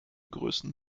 größen